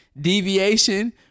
deviation